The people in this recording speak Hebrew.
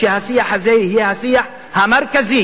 שהשיח הזה יהיה השיח המרכזי,